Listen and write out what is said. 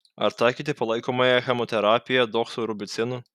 ar taikyti palaikomąją chemoterapiją doksorubicinu